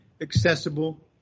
accessible